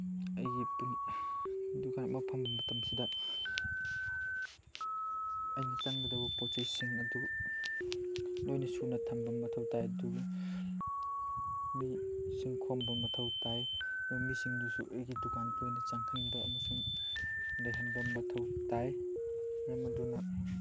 ꯑꯩꯒꯤ ꯗꯨꯀꯥꯟ ꯃꯐꯝ ꯃꯇꯝꯁꯤꯗ ꯑꯩꯅ ꯆꯪꯒꯗꯕ ꯄꯣꯠ ꯆꯩꯁꯤꯡ ꯑꯗꯨ ꯂꯣꯏꯅ ꯁꯨꯅ ꯊꯝꯕ ꯃꯊꯧ ꯇꯥꯏ ꯑꯗꯨ ꯃꯤꯁꯤꯡ ꯈꯣꯝꯕ ꯃꯊꯧ ꯇꯥꯏ ꯑꯗꯨꯒ ꯃꯤꯁꯤꯡꯗꯨꯁꯨ ꯑꯩꯒꯤ ꯗꯨꯀꯥꯟꯗ ꯂꯣꯏꯅ ꯆꯪꯍꯟꯕ ꯑꯃꯁꯨꯡ ꯂꯩꯍꯟꯕ ꯃꯊꯧ ꯇꯥꯏ ꯃꯔꯝ ꯑꯗꯨꯅ